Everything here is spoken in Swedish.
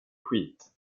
skit